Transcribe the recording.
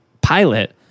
pilot